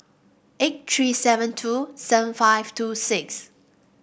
eight three seven two seven five two six